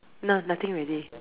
no nothing already